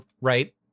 right